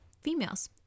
females